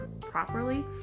properly